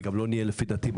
ולדעתי,